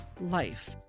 life